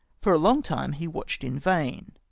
for a long time he watched in vain,